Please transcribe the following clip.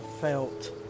felt